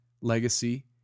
legacy